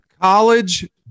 College